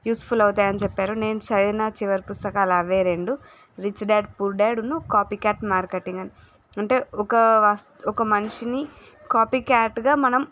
useful అవుతాయని చెప్పారు నేను చదివిన చివరి పుస్తకాలవే రెండు రిచ్ డాడ్ పూర్ డాడ్ను కాపీ క్యాట్ మార్కెటింగ్ అంటే ఒక మనిషిని కాపీ క్యాట్గా మనం